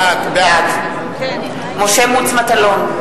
בעד משה מטלון,